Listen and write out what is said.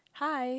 hi